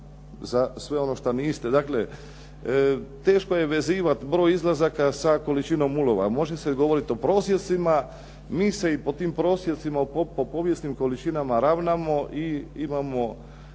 za sve ono što niste. Dakle, teško je vezivati broj izlazaka sa količinom ulovu, može se govoriti o prosjecima, mi se po tim prosjecima po povijesnim količinama ravnamo i imamo